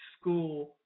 school